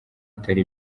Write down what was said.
atari